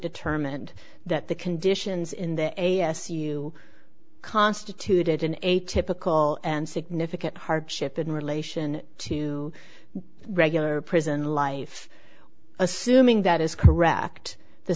determined that the conditions in the a s u constituted an atypical and significant hardship in relation to regular prison life assuming that is correct the